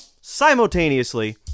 simultaneously